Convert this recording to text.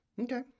Okay